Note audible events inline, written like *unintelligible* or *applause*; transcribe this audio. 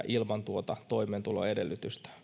*unintelligible* ilman toimeentuloedellytystä